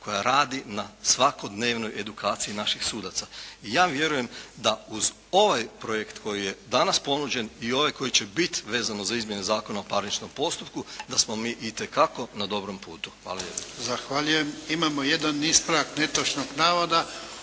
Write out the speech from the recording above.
koja radi na svakodnevnoj edukaciji naših sudaca. I ja vjerujem da uz ovaj projekt koji je danas ponuđen i ovaj koji će bit vezano za izmjene Zakona o parničnom postupku da smo mi itekako na dobrom putu. Hvala lijepa.